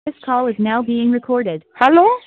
this call is now being recorded hello